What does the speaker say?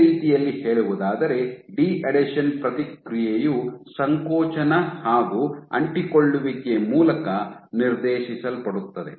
ಬೇರೆ ರೀತಿಯಲ್ಲಿ ಹೇಳುವುದಾದರೆ ಡಿಅಡೆಷನ್ ಪ್ರತಿಕ್ರಿಯೆಯು ಸಂಕೋಚನ ಹಾಗು ಅಂಟಿಕೊಳ್ಳುವಿಕೆ ಮೂಲಕ ನಿರ್ದೇಶಿಸಲ್ಪಡುತ್ತದೆ